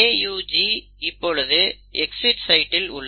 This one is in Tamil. AUG இப்பொழுது எக்சிட் சைட்டில் உள்ளது